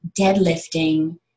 deadlifting